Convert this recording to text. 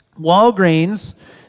Walgreens